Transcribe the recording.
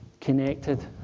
connected